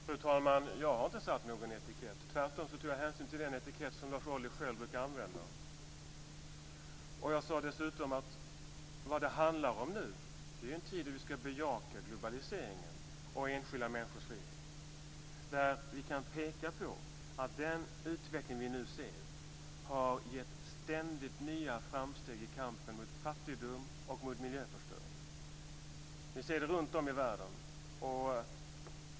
Fru talman! Jag har inte satt någon etikett på någon. Jag tog tvärtom hänsyn till den etikett som Lars Ohly själv brukar använda. Jag sade dessutom att det nu handlade om en tid då vi ska bejaka globaliseringen och enskilda människors frihet. Den utveckling vi nu ser har gett ständigt nya framsteg i kampen mot fattigdom och miljöförstöring. Vi ser det runtom i världen.